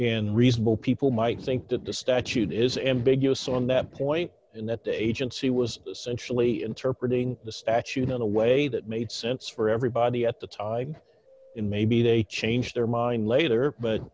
in reasonable people might think that the statute is ambiguous on that point and that the agency was essentially interpretating the statute in a way that made sense for everybody at the time in maybe they change their mind later but